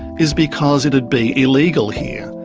is because it'd be illegal here.